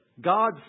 God